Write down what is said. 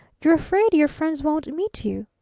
you're afraid your friends won't meet you!